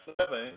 seven